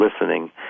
listening